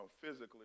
physically